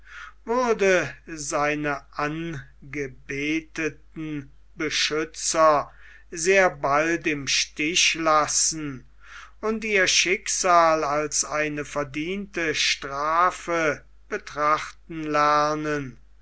würde seine angebeteten beschützer sehr bald im stiche lassen und ihr schicksal als eine verdiente strafe betrachten lernen